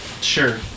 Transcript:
Sure